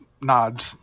Nods